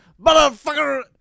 motherfucker